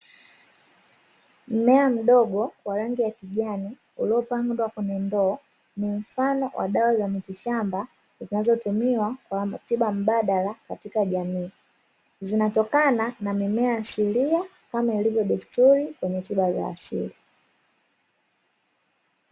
Mmea mdogo ,wa rangi ya kijani uliopandwa kwenye ndoo ni mfano wa dawa za mitishamba zinazotumiwa kwa tiba mubadala katika jamii. Zinatokana na mimea asilia kama ilivo desturi kwenye tiba za asili.